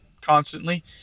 constantly